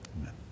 amen